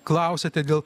klausiate dėl